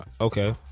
Okay